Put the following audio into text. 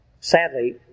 Sadly